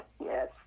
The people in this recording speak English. Yes